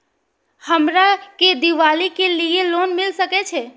हमरा के दीपावली के लीऐ लोन मिल सके छे?